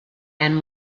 and